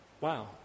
Wow